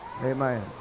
Amen